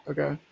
Okay